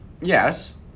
Yes